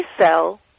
sell